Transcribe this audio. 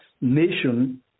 nation